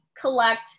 collect